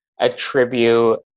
attribute